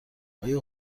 آیا